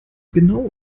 genau